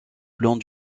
plans